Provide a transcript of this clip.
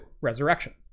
Resurrection